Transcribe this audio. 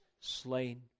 slain